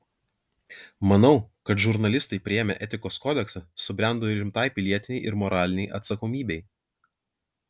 manau kad žurnalistai priėmę etikos kodeksą subrendo rimtai pilietinei ir moralinei atsakomybei